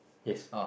yes